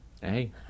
hey